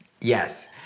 Yes